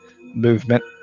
movement